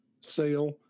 sale